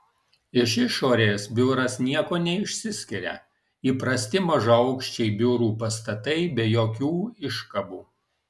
iš išorės biuras niekuo neišsiskiria įprasti mažaaukščiai biurų pastatai be jokių iškabų